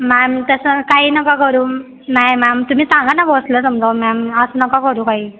ma'am तसं काही नका करू नाही मॅम तुम्ही सांगा ना बॉसला समजावून मॅम असं नका करू बाई